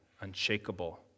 unshakable